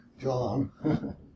John